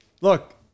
look